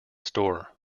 store